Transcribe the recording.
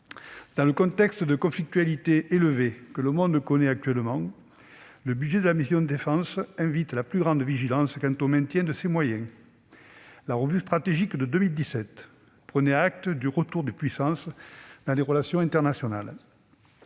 dans le contexte de conflictualité élevé que le monde connaît actuellement, le budget de la mission « Défense » invite à la plus grande vigilance quant au maintien de ses moyens. La Revue stratégique de défense et de sécurité nationale de 2017 prenait acte du « retour des puissances » dans les relations internationales.